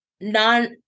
non-